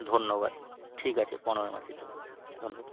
ধন্যবাদ ঠিক আছে পনেরো মার্চের জন্য ধন্যবাদ